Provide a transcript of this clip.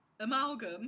amalgam